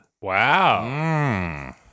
Wow